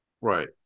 Right